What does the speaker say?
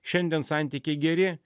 šiandien santykiai geri